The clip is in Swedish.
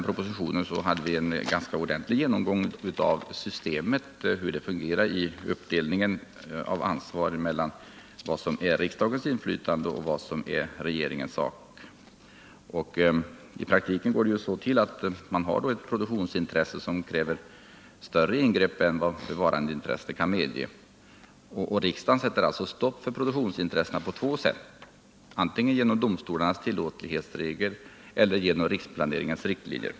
Ändå uttalade vi då att det inte kommer att fattas något beslut om utbyggnad förrän efter folkomröstningen i energifrågan. I praktiken fungerar det så att produktionsintresset kan kräva ett större ingrepp än vad bevarandeintresset kan medge. Riksdagen sätter gränser för produktionsintresset på två sätt — dels genom domstolarnas tillåtlighetsregler, dels genom riksplaneringens riktlinjer.